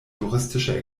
juristische